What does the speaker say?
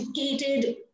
educated